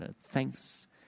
Thanks